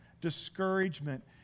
discouragement